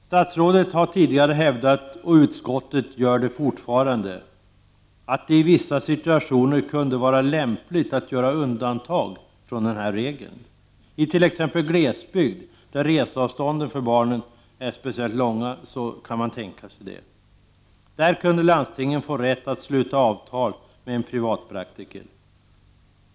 : Statsrådet har tidigare hävdat — och utskottet gör det fortfarande — att det i vissa situationer kunde vara lämpligt att göra undantag från denna regel. Det kan man tänka sig i t.ex. en glesbygd, där reseavstånden för barnen är speciellt långa. Där kunde landstingen få rätt att sluta avtal med en privatpraktiker.